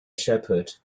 shepherd